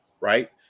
right